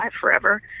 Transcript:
forever